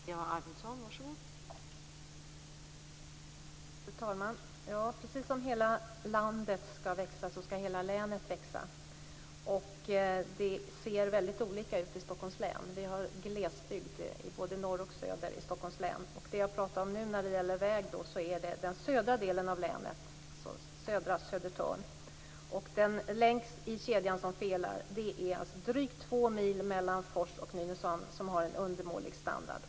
Fru talman! Precis som hela landet skall växa skall hela länet växa. Det ser väldigt olika ut i Stockholms län. Vi har glesbygd i både norr och söder i länet. Det jag pratar om när det gäller väg är den södra delen av länet, södra Södertörn, och den länk i kedjan som felar är drygt två mil mellan Fors och Nynäshamn, som har en undermålig standard.